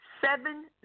seven